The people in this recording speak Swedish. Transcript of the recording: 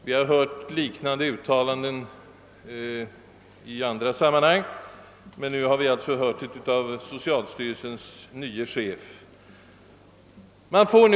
Vi har hört liknande uttalanden av myndighetspersoner i andra sammanhang, men nu får vi alltså höra det även av socialstyrelsens chef.